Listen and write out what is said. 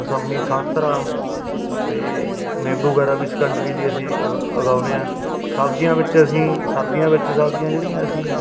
ਮਸੰਮੀ ਸੰਤਰਾ ਅਤੇ ਨਿੰਬੂ ਵਗੈਰਾ ਵੀ ਸ਼ਕੰਜਵੀ ਲਈ ਅਸੀਂ ਉਗ ਉਗਾਉਂਦੇ ਹਾਂ ਸਬਜ਼ੀਆਂ ਵਿੱਚ ਅਸੀਂ ਸਰਦੀਆਂ ਵਿੱਚ ਸਬਜ਼ੀਆਂ ਜਿਹੜੀਆਂ ਅਸੀਂ